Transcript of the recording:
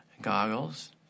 goggles